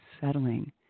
settling